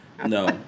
No